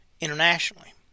internationally